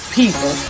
people